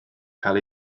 cael